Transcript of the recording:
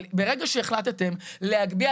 אבל ברגע שהחלטתם להגביה,